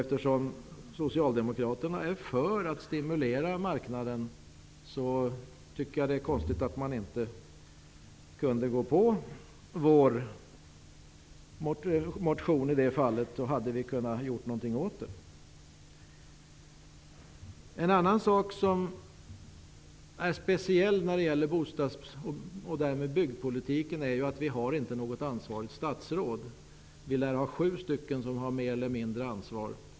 Eftersom socialdemokraterna är för att stimulera marknaden är det konstigt att de inte kunde gå på vår motion i det fallet. Då hade vi kunnat göra någonting åt situationen. En annan sak som är speciell när det gäller bostadsoch byggpolitiken är att det inte finns något ansvarigt statsråd. Det lär vara sju statsråd som har mer eller mindre ansvar.